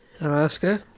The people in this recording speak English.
Alaska